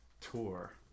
Tour